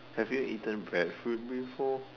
have you eaten bread fruit before